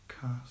cast